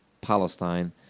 palestine